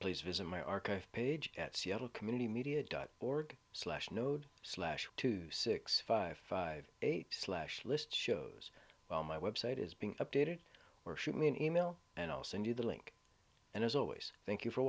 please visit my archive page at seattle community media dot org slash node slash two six five five eight slash list shows well my website is being updated or shoot me an email and i'll send you the link and as always thank you for